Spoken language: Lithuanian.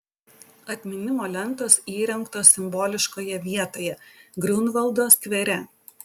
atminimo lentos įrengtos simboliškoje vietoje griunvaldo skvere